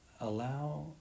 allow